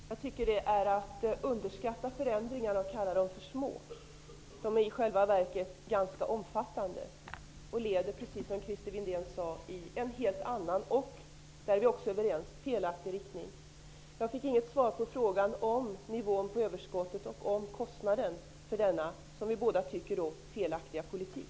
Herr talman! Det är att underskatta förändringarna att kalla dem för små. De är i själva verket ganska omfattande och leder, precis som Christer Windén sade, i en helt annan, felaktig riktning. På den punkten är vi också överens. Jag fick inget svar på frågan om nivån på överskottet och om kostnaden för denna, som vi båda tycker, felaktiga politik.